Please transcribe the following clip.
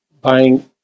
buying